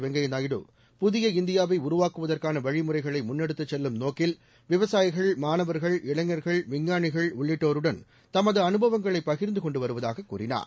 வெங்கைய நாயுடு புதிய இந்தியாவை உருவாக்குவதற்கான வழிமுறைகளை முள்ளெடுத்துச் செல்லும் நோக்கில் விவசாயிகள் மாணவர்கள் இளைஞர்கள் விஞ்ஞானிகள் உள்ளிட்டோருடன் தமது அனுபவங்களை பகிர்ந்து கொண்டு வருவதாக கூறினார்